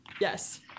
Yes